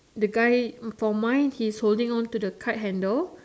the guy for mine he is holding on to the kite handle